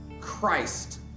Christ